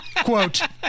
quote